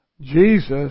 Jesus